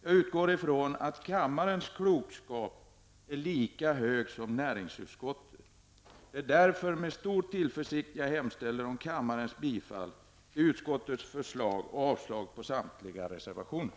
Jag utgår från att kammarens klokskap är lika stor som näringsutskottets. Det är därför som jag med stor tillförsikt hemställer om kammarens bifall till utskottets hemställan och avslag på samtliga reservationer.